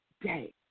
day